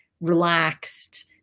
relaxed